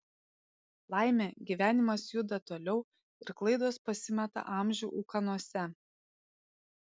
laimė gyvenimas juda toliau ir klaidos pasimeta amžių ūkanose